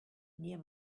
near